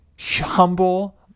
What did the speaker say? humble